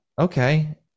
okay